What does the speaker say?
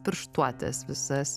pirštuotes visas